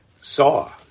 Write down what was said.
saw